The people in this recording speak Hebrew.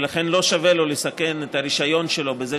ולכן לא שווה לו לסכן את הרישיון שלו בזה